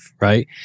right